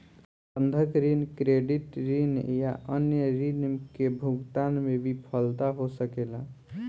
बंधक ऋण, क्रेडिट ऋण या अन्य ऋण के भुगतान में विफलता हो सकेला